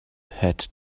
had